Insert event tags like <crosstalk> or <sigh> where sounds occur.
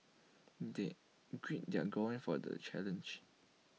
<noise> they grill their <unintelligible> for the challenge